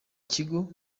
kigo